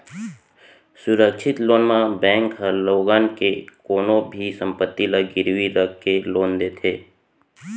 सुरक्छित लोन म बेंक ह लोगन के कोनो भी संपत्ति ल गिरवी राख के लोन देथे